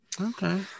okay